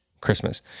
Christmas